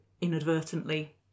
inadvertently